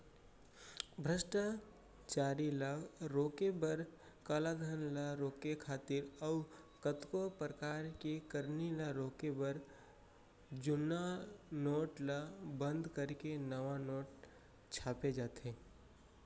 भस्टाचारी ल रोके बर, कालाधन ल रोके खातिर अउ कतको परकार के करनी ल रोके बर जुन्ना नोट ल बंद करके नवा नोट छापे जाथे